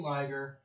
Liger